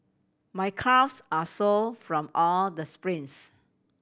my calves are sore from all the sprints